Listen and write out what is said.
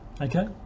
Okay